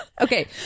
Okay